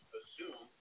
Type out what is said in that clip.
assume